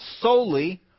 Solely